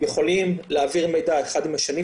יכולים להעביר מידע אחד לשני,